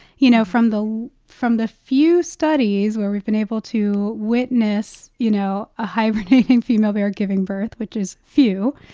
you know, from the from the few studies where we've been able to witness, you know, a hibernating female bear giving birth, which is few,